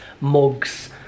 mugs